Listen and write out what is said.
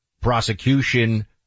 prosecution